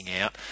out